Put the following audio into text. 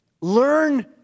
Learn